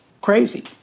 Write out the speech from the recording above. crazy